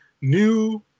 new